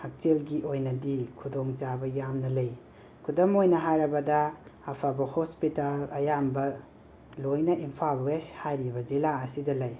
ꯍꯛꯁꯦꯜꯒꯤ ꯑꯣꯏꯅꯗꯤ ꯈꯨꯗꯣꯡꯆꯥꯕ ꯌꯥꯝꯅ ꯂꯩ ꯈꯨꯗꯝ ꯑꯣꯏꯅ ꯍꯥꯏꯔꯕꯗꯥ ꯑꯐꯕ ꯍꯣꯁꯄꯤꯇꯥꯜ ꯑꯌꯥꯝꯕ ꯂꯣꯏꯅ ꯏꯝꯐꯥꯜ ꯋꯦꯁ ꯍꯥꯏꯔꯤꯕ ꯖꯤꯂꯥ ꯑꯁꯤꯗ ꯂꯩ